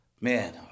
man